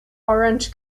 orange